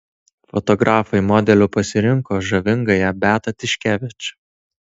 fotografai modeliu pasirinko žavingąją beatą tiškevič